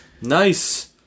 Nice